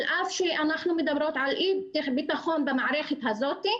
על אף שאנחנו מדברות על אי ביטחון במערכת הזאת,